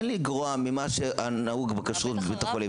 אין לגרוע ממה שנהוג בכשרות בבית החולים.